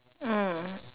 mm